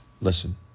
Listen